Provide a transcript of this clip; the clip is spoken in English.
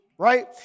right